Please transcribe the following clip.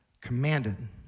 commanded